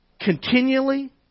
Continually